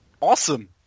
Awesome